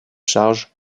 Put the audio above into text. charges